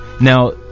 now